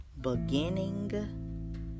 beginning